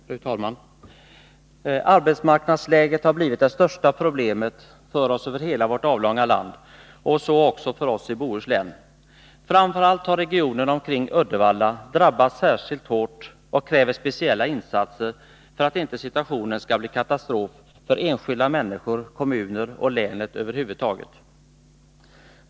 Fru talman! Arbetsmarknadsläget har blivit det största problemet för oss över hela vårt avlånga land, så också för oss i Bohuslän. Framför allt har regionen omkring Uddevalla drabbats särskilt hårt och kräver speciella insatser för att inte situationen skall bli katastrofal för enskilda människor, kommunerna och länet över huvud taget.